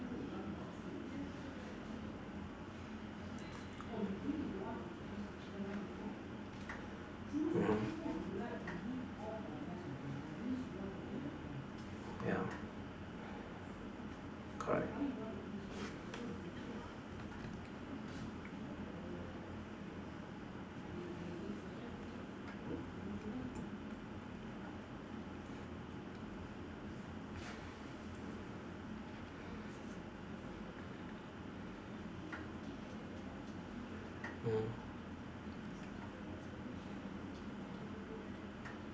mmhmm ya correct